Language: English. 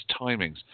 timings